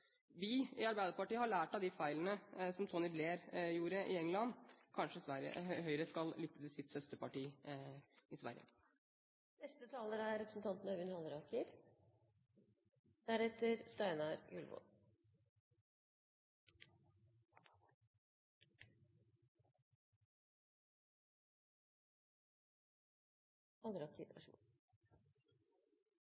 Vi i Arbeiderpartiet har lært av de feilene som Tony Blair gjorde i England. Kanskje Høyre skal lytte til sitt søsterparti i Sverige.